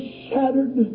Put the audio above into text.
shattered